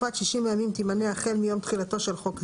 ותקופת 60 הימים תימנה החל מיום תחילתו של חוק זה.